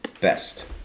best